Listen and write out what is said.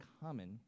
common